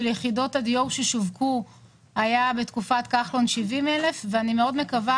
יחידות הדיור ששווקו היה בתקופת כחלון 70,000 ואני מקווה